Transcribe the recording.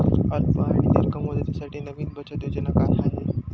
अल्प आणि दीर्घ मुदतीसाठी नवी बचत योजना काय आहे?